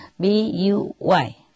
B-U-Y